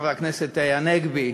חבר הכנסת הנגבי,